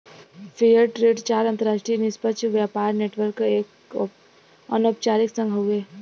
fair trade चार अंतरराष्ट्रीय निष्पक्ष व्यापार नेटवर्क क एक अनौपचारिक संघ हउवे